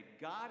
God